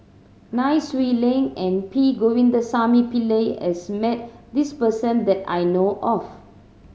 Nai Swee Leng and P Govindasamy Pillai has met this person that I know of